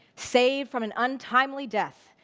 saved from an untimely death.